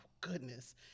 goodness